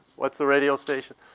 what's the radio station?